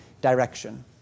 direction